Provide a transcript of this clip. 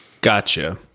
gotcha